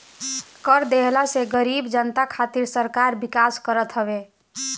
कर देहला से गरीब जनता खातिर सरकार विकास करत हवे